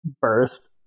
burst